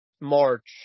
March